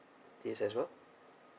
this as well